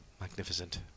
Magnificent